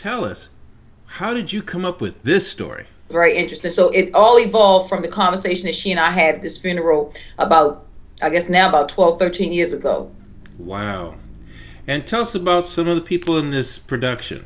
tell us how did you come up with this story very interesting so it all evolved from a conversation that she and i had this funeral about i guess now about twelve thirteen years ago wow and tell us about some of the people in this production